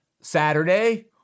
Saturday